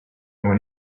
when